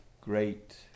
great